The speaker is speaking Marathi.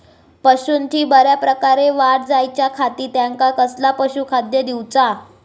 पशूंची बऱ्या प्रकारे वाढ जायच्या खाती त्यांका कसला पशुखाद्य दिऊचा?